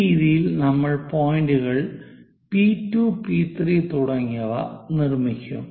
ഈ രീതിയിൽ നമ്മൾ പോയിന്റുകൾ P2 P3 തുടങ്ങിയവ നിർമ്മിക്കും